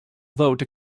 vote